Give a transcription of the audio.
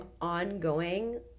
ongoing